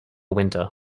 winter